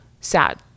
sad